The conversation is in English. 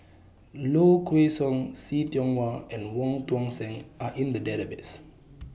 Low Kway Song See Tiong Wah and Wong Tuang Seng Are in The Database